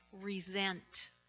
resent